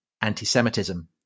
anti-Semitism